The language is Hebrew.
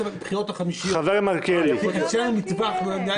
הממשלה מבקשת להקדים את הדיון.